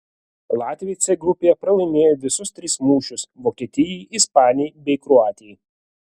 latviai c grupėje pralaimėjo visus tris mūšius vokietijai ispanijai bei kroatijai